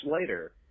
later